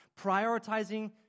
Prioritizing